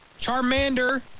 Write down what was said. Charmander